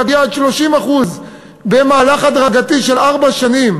להגיע עד 30% במהלך הדרגתי של ארבע שנים